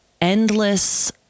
endless